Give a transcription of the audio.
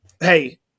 Hey